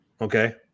Okay